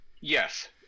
Yes